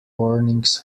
warnings